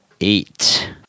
eight